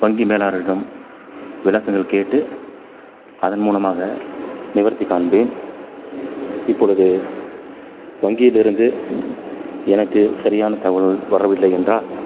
வங்கி மேலாளரிடம் விளக்கங்கள் கேட்டு அதன் மூலமாக நிவர்த்தி காண்பேன் இப்பொழுது வங்கியிலிருந்து எனக்கு சரியான தகவல்கள் வரவில்லை என்றால்